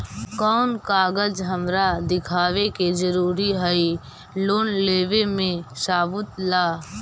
कौन कागज हमरा दिखावे के जरूरी हई लोन लेवे में सबूत ला?